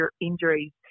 injuries